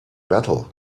battle